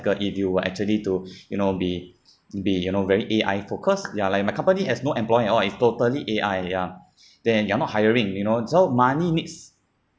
if you were actually to you know be be you know very A_I focused ya like my company has no employee at all is totally A_I ya then you're not hiring you know so money needs